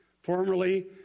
Formerly